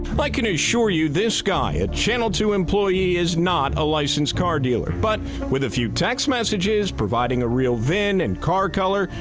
um i can assure you, this guy, a channel two employee, is not a licensed car dealer. but with a few text messages, providing a real vin and car color,